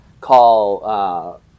call